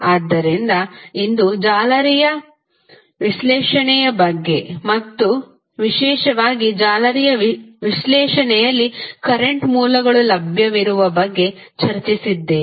ಆದ್ದರಿಂದ ಇಂದು ಜಾಲರಿ ವಿಶ್ಲೇಷಣೆಯ ಬಗ್ಗೆ ಮತ್ತು ವಿಶೇಷವಾಗಿ ಜಾಲರಿ ವಿಶ್ಲೇಷಣೆಯಲ್ಲಿ ಕರೆಂಟ್ ಮೂಲಗಳು ಲಭ್ಯವಿರುವ ಬಗ್ಗೆ ಚರ್ಚಿಸಿದ್ದೇವೆ